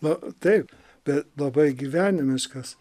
na taip bet labai gyvenimiškas